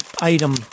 item